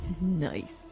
Nice